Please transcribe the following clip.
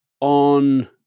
on